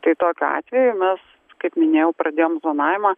tai tokiu atveju mes kaip minėjau pradėjom zonavimą